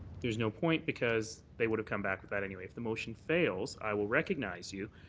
there's no point because they would have come back with that anyways. if the motion fails, i will recognize you,